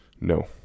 No